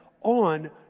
on